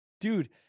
dude